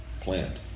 plant